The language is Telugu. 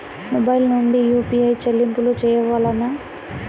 మొబైల్ నుండే యూ.పీ.ఐ చెల్లింపులు చేయవలెనా?